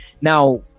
now